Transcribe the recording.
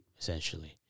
essentially